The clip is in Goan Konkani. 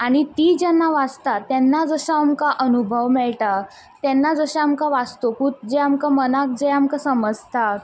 आनी ती जेन्ना वाचता तेन्ना जसो आमकां अनुभव मेळटा तेन्ना जशें आमकां वाचतकच जें आमकां मनांक जें आमकां समजता